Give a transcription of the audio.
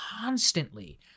constantly